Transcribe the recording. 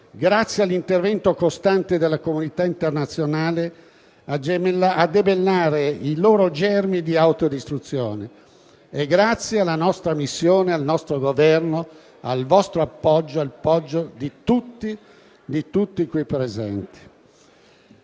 grazie all'intervento costante della comunità internazionale, a debellare il loro germe di autodistruzione. Questo è avvenuto grazie alla nostra missione, al nostro Governo, al vostro appoggio e all'appoggio di tutti i presenti.